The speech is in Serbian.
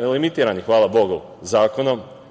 limitirani, hvala Bogu, zakonom.